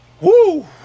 Woo